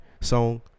song